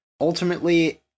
ultimately